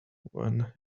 when